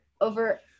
Over